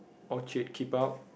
Orchard keep out